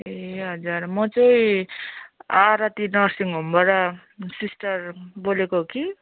ए हजर म चाहिँ आरती नर्सिङ होमबाट सिस्टर बोलेको कि